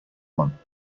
one